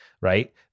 right